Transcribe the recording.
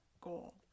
goal